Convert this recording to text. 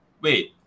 wait